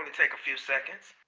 take a few seconds.